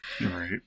Right